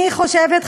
אני חושבת,